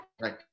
Right